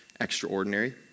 extraordinary